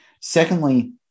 Secondly